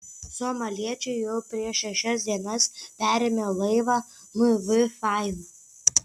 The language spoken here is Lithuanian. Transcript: somaliečiai jau prieš šešias dienas perėmė laivą mv faina